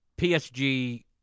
PSG